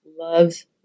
loves